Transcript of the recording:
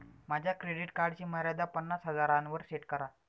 माझ्या क्रेडिट कार्डची मर्यादा पन्नास हजारांवर सेट करा